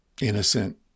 innocent